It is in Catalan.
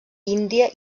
índia